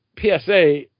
PSA